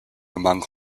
among